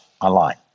online